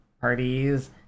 parties